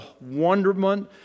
wonderment